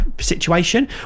situation